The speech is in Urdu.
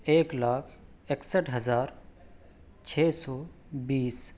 ایک لاکھ اکسٹھ ہزار چھ سو بیس